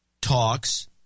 talks